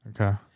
Okay